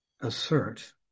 assert